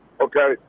Okay